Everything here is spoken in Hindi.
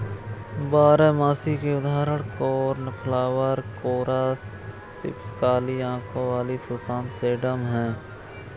बारहमासी के उदाहरण कोर्नफ्लॉवर, कोरॉप्सिस, काली आंखों वाली सुसान, सेडम हैं